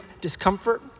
discomfort